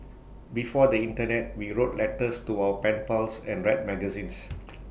before the Internet we wrote letters to our pen pals and read magazines